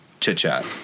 chit-chat